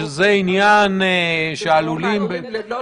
שמירתם ומחיקתם,